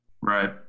Right